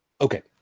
Okay